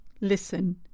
listen